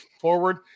forward